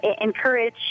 encourage